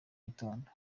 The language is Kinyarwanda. gitondo